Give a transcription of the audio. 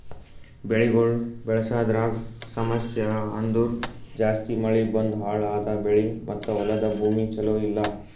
ಬೆಳಿಗೊಳ್ ಬೆಳಸದ್ರಾಗ್ ಸಮಸ್ಯ ಅಂದುರ್ ಜಾಸ್ತಿ ಮಳಿ ಬಂದು ಹಾಳ್ ಆದ ಬೆಳಿ ಮತ್ತ ಹೊಲದ ಭೂಮಿ ಚಲೋ ಇಲ್ಲಾ